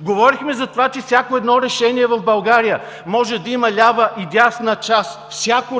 Говорихме за това, че всяко едно решение в България може да има лява и дясна част. Всяко